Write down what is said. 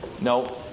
No